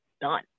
done